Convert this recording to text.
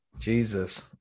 Jesus